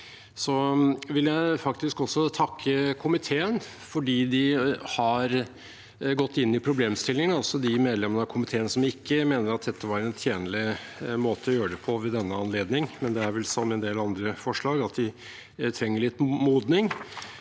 også takke komiteen fordi de har gått inn i problemstillingene, også de medlemmene av komiteen som ikke mener at dette var en tjenlig måte å gjøre det på ved denne anledning. Men det er vel som med en del andre forslag, at de trenger litt modning.